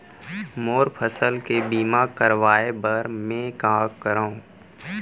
मोर फसल के बीमा करवाये बर में का करंव?